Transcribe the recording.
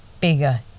bigger